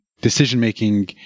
decision-making